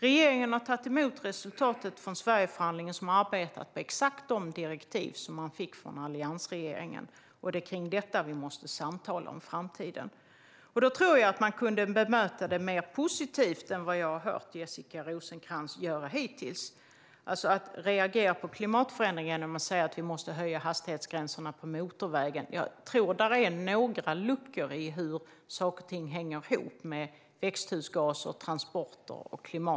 Regeringen har tagit emot resultatet från Sverigeförhandlingen, som arbetat med exakt de direktiv som den fick från alliansregeringen. Det är utifrån detta vi måste samtala om framtiden. Man kan bemöta det mer positivt än vad jag hört Jessica Rosencrantz göra hittills. Att reagera på klimatförändringarna genom att säga att vi måste höja hastighetsgränserna på motorvägen gör att jag tror att det är några luckor i hur saker och ting hänger ihop med växthusgaser, transporter och klimat.